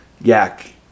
Yak